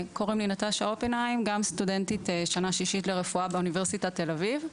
אני סטודנטית לרפואה שנה שישית באוניברסיטת תל-אביב.